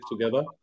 together